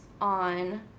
on